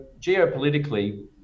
geopolitically